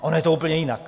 Ono je to úplně jinak.